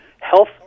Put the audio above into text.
Health